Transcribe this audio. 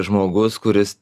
žmogus kuris